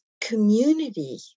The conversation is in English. community